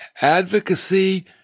advocacy